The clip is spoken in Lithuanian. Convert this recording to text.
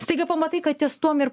staiga pamatai kad jis tuom ir